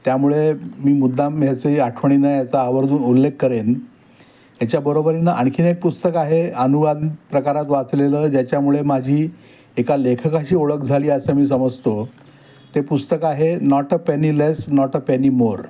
त्यामुळे मी मुद्दाम ह्याचंही आठवणींनं याचा आवर्जून उल्लेख करेन याच्याबरोबरीनं आणखी एक पुस्तक आहे अनुवादित प्रकारात वाचलेलं ज्याच्यामुळे माझी एका लेखकाशी ओळख झाली असं मी समजतो ते पुस्तक आहे not a penny less not a penny more